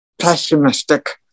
pessimistic